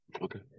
Okay